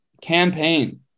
campaign